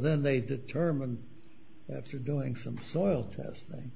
then they determined after going some soil testing